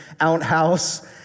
outhouse